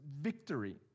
victory